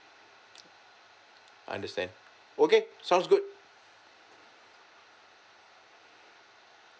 understand okay sounds good